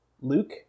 Luke